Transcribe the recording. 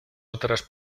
otras